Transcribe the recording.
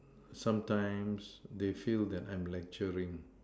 sometimes they feel like I'm lecturing